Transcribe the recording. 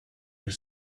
are